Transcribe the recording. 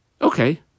Okay